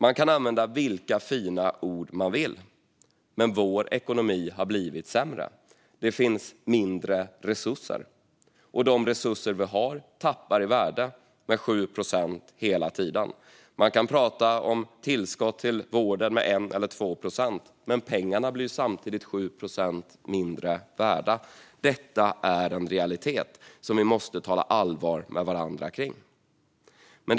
Man kan använda vilka fina ord man vill, men vår ekonomi har blivit sämre. Det finns mindre resurser, och de resurser vi har tappar hela tiden i värde med 7 procent. Man kan prata om ett tillskott till vården med 1 eller 2 procent, men pengarna blir samtidigt 7 procent mindre värda. Detta är en realitet som vi måste tala allvar med varandra om.